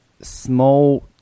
small